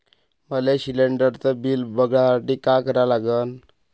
मले शिलिंडरचं बिल बघसाठी का करा लागन?